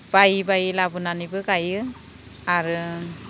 बायै बायै लाबोनानैबो गायो आरो